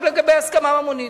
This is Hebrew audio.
רק לגבי הסכמה ממונית.